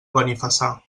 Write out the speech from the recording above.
benifassà